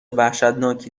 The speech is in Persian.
وحشتناکی